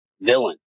villain